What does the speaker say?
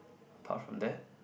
apart from that